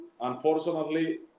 Unfortunately